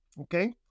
Okay